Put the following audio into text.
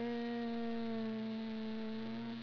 um